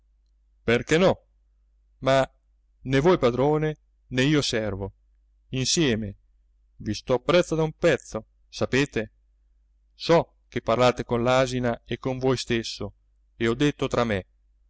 perché no ma né voi padrone né io servo nsieme i sto appresso da un pezzo sapete so che parlate con l'asina e con voi stesso e ho detto tra me